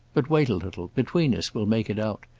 but wait a little between us we'll make it out.